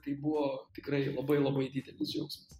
tai buvo tikrai labai labai didelis džiaugsmas